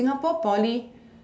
singapore poly